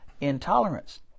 intolerance